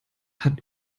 hat